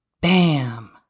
Bam